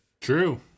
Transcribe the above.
true